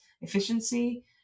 efficiency